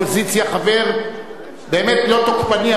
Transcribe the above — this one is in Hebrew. חבר באמת לא תוקפני אבל תקיף